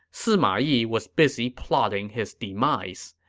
sima yi was busy plotting his demise.